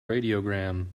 radiogram